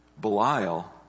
Belial